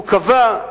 הוא קבע: